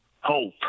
hope